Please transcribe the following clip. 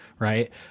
Right